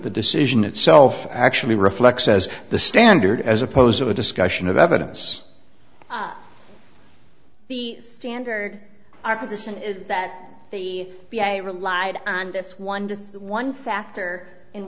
the decision itself actually reflects as the standard as opposed to a discussion of evidence the standard our position is that the cia relied on this one just one factor in